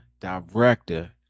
director